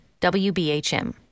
WBHM